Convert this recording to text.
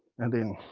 and then